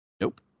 Nope